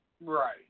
Right